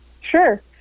Sure